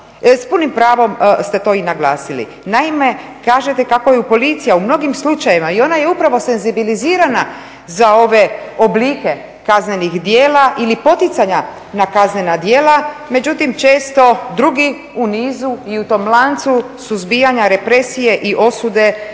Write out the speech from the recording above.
s punim pravom ste to i naglasili, naime kažete kako je policija u mnogim slučajevima i ona je upravo senzibilizirana za ove oblike kaznenih djela ili poticanja na kaznena djela, međutim često drugi u nizu i u tom lancu suzbijanja represije i osude